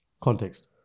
Context